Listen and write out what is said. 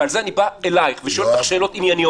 ועל זה אני בא אלייך ושואל אותך שאלות ענייניות.